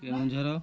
Keonjhar